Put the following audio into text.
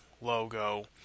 logo